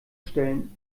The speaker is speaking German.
stellen